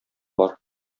бар